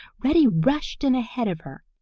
reddy rushed in ahead of her,